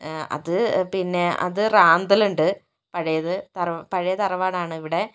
അത് പിന്നെ അത് റാന്തൽ ഉണ്ട് പഴയത് തറ പഴയ തറവാടാണ് ഇവിടെ